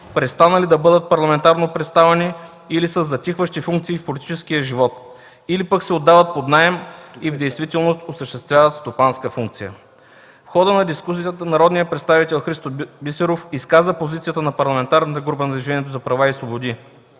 престанали да бъдат парламентарно представени или със затихващи функции в политическия живот, или пък се отдават под наем и действително осъществяват стопанска функция. В хода на дискусията народният представител Христо Бисеров изказа позицията на Парламентарната